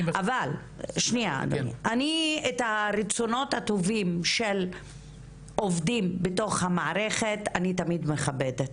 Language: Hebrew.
את הרצונות הטובים של עובדים במערכת אני תמיד מכבדת,